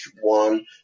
one